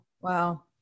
Wow